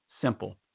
Simple